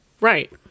right